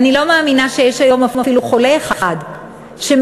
אני לא מאמינה שיש היום אפילו חולה אחד שמעוניין,